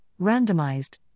Randomized